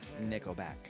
nickelback